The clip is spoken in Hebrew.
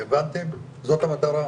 כיוונתם זאת המטרה,